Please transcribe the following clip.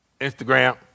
Instagram